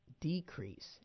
decrease